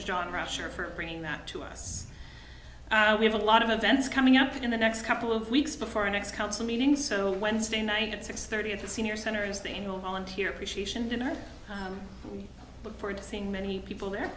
john rusher for bringing that to us we have a lot of events coming up in the next couple of weeks before a next council meeting so wednesday night at six thirty at the senior center is the annual volunteer appreciation dinner we look forward to seeing many people there